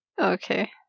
Okay